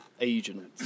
agent